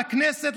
לכנסת,